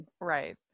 Right